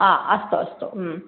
हा अस्तु अस्तु